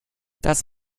das